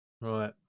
right